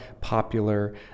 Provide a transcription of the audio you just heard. popular